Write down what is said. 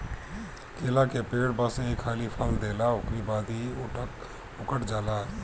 केला के पेड़ बस एक हाली फल देला उकरी बाद इ उकठ जाला